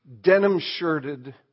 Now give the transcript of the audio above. denim-shirted